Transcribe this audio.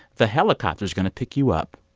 the helicopter's going to pick you up.